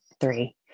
three